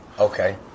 Okay